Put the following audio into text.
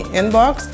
inbox